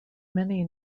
many